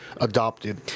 adopted